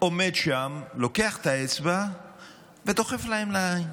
עומד שם, לוקח את האצבע ודוחף להם לעין,